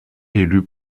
élu